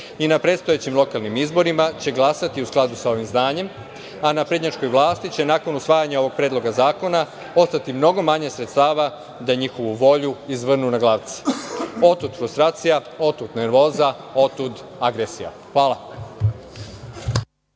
i na predstojećim lokalnim izborima će glasati u skladu sa ovim znanjem, a naprednjačkoj vlasti će nakon usvajanja ovog Predloga zakona ostati mnogo manje sredstava da njihovu volju izvrnu naglavce. Otud frustracija, otud nervoza, otuda i agresija. Hvala